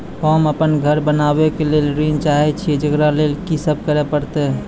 होम अपन घर बनाबै के लेल ऋण चाहे छिये, जेकरा लेल कि सब करें परतै?